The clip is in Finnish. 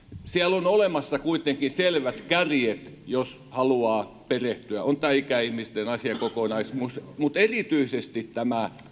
siellä on olemassa kuitenkin selvät kärjet jos haluaa perehtyä on tämä ikäihmisten asiakokonaisuus mutta erityisesti tämä